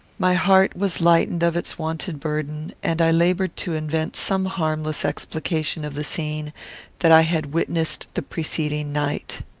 my heart was lightened of its wonted burden, and i laboured to invent some harmless explication of the scene that i had witnessed the preceding night.